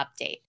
update